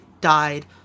died